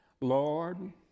Lord